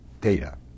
data